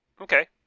Okay